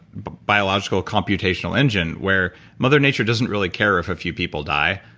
biological, computational engine where mother nature doesn't really care if a few people die,